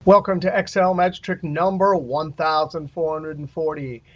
welcome to excel magic trick number one thousand four hundred and forty.